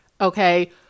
okay